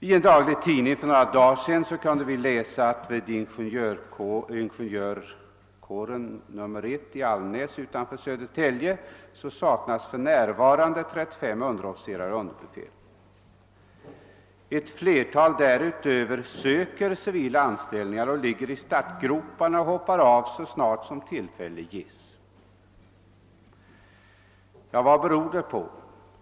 I en daglig tidning kunde vi för några dagar sedan läsa att det vid Ing 1 i Almnäs utanför Södertälje för närvarande saknas 35 underofficerare och underbefäl. Ett flertal söker därutöver civila anställningar och ligger i start. groparna för att hoppa av så snart tillfälle ges. Vad beror det på?